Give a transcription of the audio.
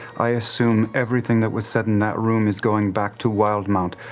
i assume everything that was said in that room is going back to wildemount,